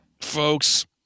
folks